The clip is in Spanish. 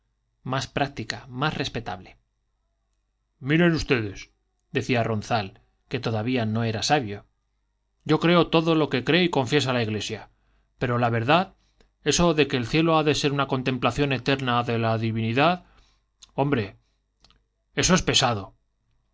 más práctica más respetable miren ustedes decía ronzal que todavía no era sabio yo creo todo lo que cree y confiesa la iglesia pero la verdad eso de que el cielo ha de ser una contemplación eterna de la divinidad hombre eso es pesado